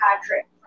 Patrick